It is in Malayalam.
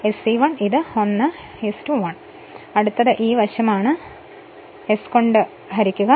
ഇപ്പോൾ അടുത്തത് ഈ വശമാണ് ഇതിനെ S കൊണ്ട് ഹരിക്കുക